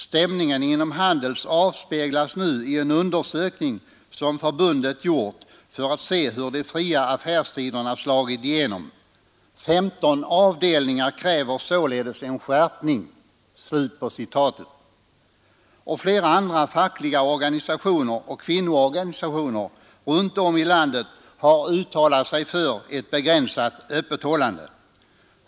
Stämningen inom Handels avspeglas nu i en undersökning, som förbundet gjort för att se hur de fria affärstiderna slagit igenom. 15 avdelningar kräver således en skärpning.” Flera andra fackliga organisationer och kvinnoorganisationer runt om i landet har uttalat sig för ett begränsat öppethållande.